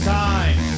time